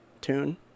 tune